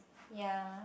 ya